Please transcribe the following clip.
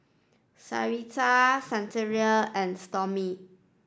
Sarita Santina and Stormy